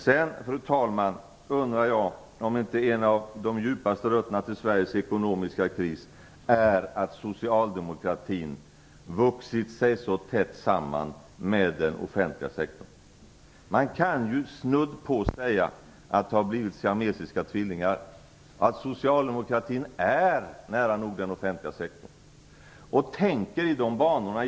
Fru talman! Jag undrar om inte en av de djupaste rötterna till Sveriges ekonomiska kris är att socialdemokratin vuxit sig så tätt samman med den offentliga sektorn. Man kan snudd på tala om siamesiska tvillingar. Socialdemokratin är nära nog den offentliga sektorn och tänker i de banorna.